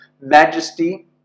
majesty